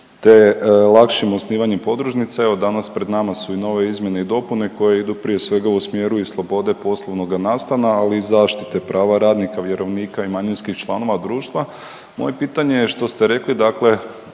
te lakšim osnivanjem podružnica evo danas pred nama su i nove izmjene i dopune koje idu prije svega u smjeru i slobode poslovnoga nastana, ali i zaštite prava radnika, vjerovnika i manjinskih članova društva. Moje pitanje je što ste rekli dakle